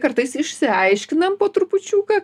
kartais išsiaiškinam po trupučiuką